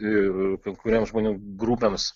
ir kai kuriems žmonėms grupėms